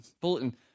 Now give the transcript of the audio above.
bulletin